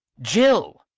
jill!